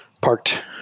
parked